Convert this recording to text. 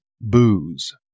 booze